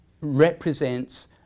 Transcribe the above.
represents